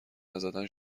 نزدن